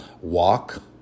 walk